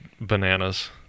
bananas